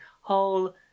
whole